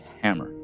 Hammer